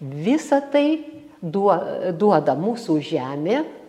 visa tai duo duoda mūsų žemė